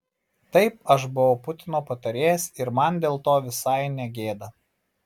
taip aš buvau putino patarėjas ir man dėl to visai ne gėda